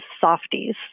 softies